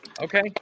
Okay